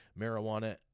marijuana